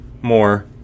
more